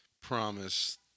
promise